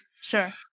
Sure